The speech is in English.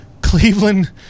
Cleveland